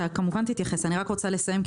אני רק רוצה לסיים,